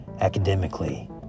academically